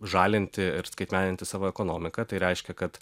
žalinti ir skaitmeninti savo ekonomiką tai reiškia kad